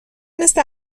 مثل